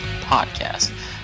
podcast